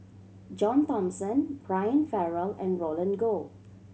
John Thomson Brian Farrell and Roland Goh